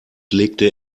legte